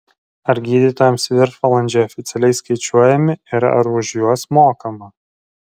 ar gydytojams viršvalandžiai oficialiai skaičiuojami ir ar už juos mokama